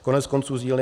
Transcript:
Koneckonců z dílny